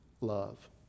Love